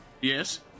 yes